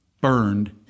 burned